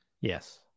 Yes